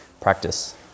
practice